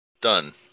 Done